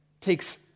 takes